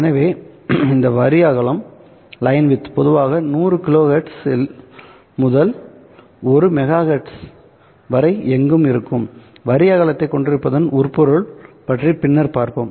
எனவே இந்த வரி அகலம் பொதுவாக 100 கிலோஹெர்ட்ஸ் முதல் 1 மெகா ஹெர்ட்ஸ் வரை எங்கும் இருக்கும் வரி அகலத்தைக் கொண்டிருப்பதன் உட்பொருள் பற்றி பின்னர் பார்ப்போம்